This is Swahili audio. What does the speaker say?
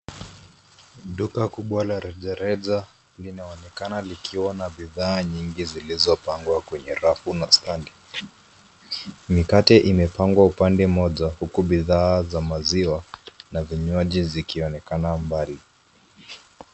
Duka kubwa la rejareja linaonekana likiwa na bidhaa nyingi zilizopangwa kwenye rafu na stendi. Mikate imepangwa upande mmoja huku bidhaa za maziwa na vinywaji zikionekana mbali.